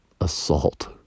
assault